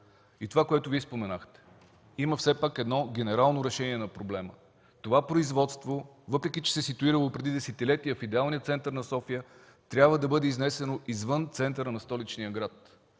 Това, което Вие споменахте, е, че има генерално решение на проблема. Това производство, въпреки че е ситуирано преди десетилетия в идеалния център на София, трябва да бъде изнесено извън центъра на столичния град.